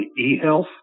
eHealth